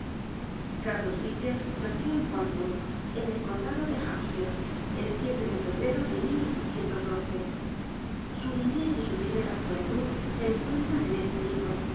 cárlos dickens nació en portsmouth en el condado de hampsltire el de febrero de su niñez y su primera juventud se eucucnlran en este libro